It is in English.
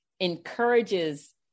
encourages